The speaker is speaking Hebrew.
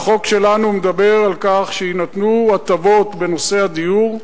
החוק שלנו מדבר על כך שיינתנו הטבות בנושא הדיור,